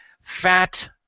fat